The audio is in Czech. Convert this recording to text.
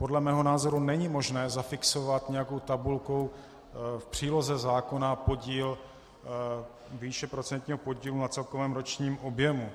Podle mého názoru není možné zafixovat nějakou tabulkou v příloze zákona výši procentního podílu na celkovém ročním objemu.